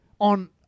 on